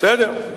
בסדר.